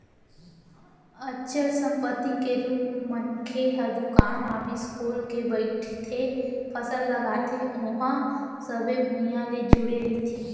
अचल संपत्ति के रुप म मनखे ह दुकान, ऑफिस खोल के बइठथे, फसल लगाथे ओहा सबे भुइयाँ ले जुड़े रहिथे